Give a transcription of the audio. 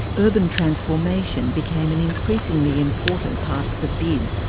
urban transformation became an increasingly important part of the bid.